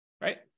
right